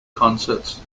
concerts